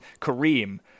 Kareem